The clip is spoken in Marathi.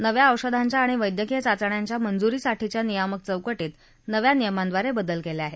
नव्या औषधांच्या आणि वैद्यकीय चाचण्यांच्या मंजुरीसाठीच्या नियामक चौकटीत नव्या नियमंद्वारे बदल केले आहेत